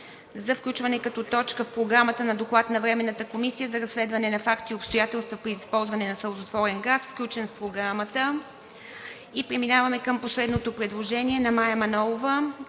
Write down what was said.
за включване като точка в Програмата на Доклад на Временната комисия за разследване на факти и обстоятелства при използване на сълзотворен газ, включен в Програмата. И преминаваме към последното предложение – на Мая Манолова,